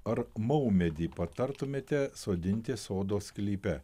ar maumedį patartumėte sodinti sodo sklype